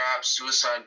suicide